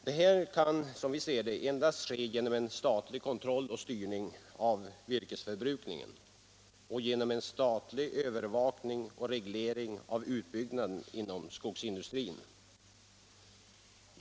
Detta kan, som vi ser det, ske endast genom en statlig kontroll och styrning av virkesförbrukningen och genom en statlig övervakning och reglering av utbyggnaden inom skogsindustrin.